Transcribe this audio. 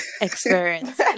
experience